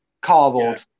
cardboard